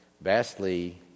vastly